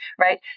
right